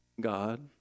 God